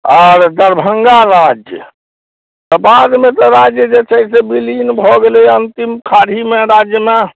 आओर दरभङ्गा राज्य बादमे तऽ राज्य जे छै से विलीन भऽ गेलै अन्तिम खाड़ीमे राज्यमे